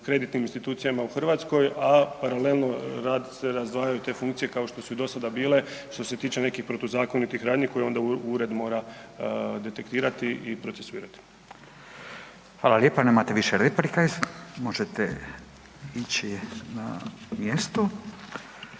kreditnim institucijama u Hrvatskoj, a paralelno rad se razdvajaju te funkcije kao što su i dosada bile što se tiče nekih protuzakonitih radnji koje onda ured mora detektirati i procesuirati. **Radin, Furio (Nezavisni)** Fala lijepa, nemate više replika, možete ići na mjesto.